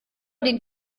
den